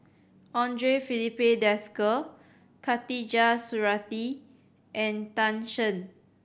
Andre Filipe Desker Khatijah Surattee and Tan Shen